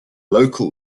local